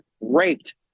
raped